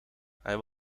hij